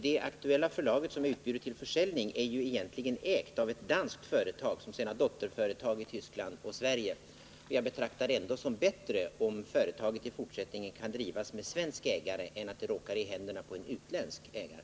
Det aktuella förlaget som bjuds ut till försäljning är ju egentligen ägt av ett danskt företag, som har dotterföretag i Tyskland och Sverige. Jag betraktar det ändå som bättre om förlaget i fortsättningen kan drivas med svensk ägare än att det råkar i händerna på en utländsk ägare.